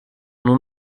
nur